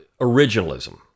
originalism